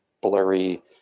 blurry